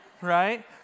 right